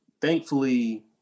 thankfully